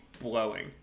blowing